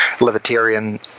libertarian